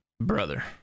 Brother